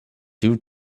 two